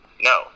no